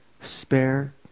spare